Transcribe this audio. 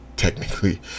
technically